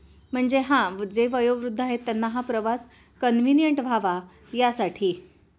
म्हणजे हां जे वयोवृद्ध आहेत त्यांना हा प्रवास कन्विनियंट व्हावा यासाठी